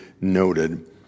noted